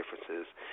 differences